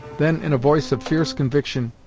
then, in a voice of fierce conviction,